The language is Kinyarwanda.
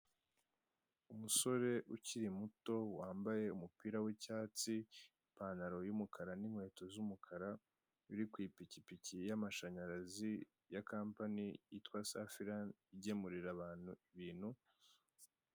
Umusore ukiri muto wambaye umupira w'icyatsi, ipantaro y'umukara n'inkweto z'umukara uri ku ipikipiki y'amashanyarazi ya kampani yitwa safi igemurira abantu ibintu.